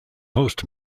host